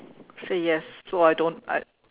say yes so I don't I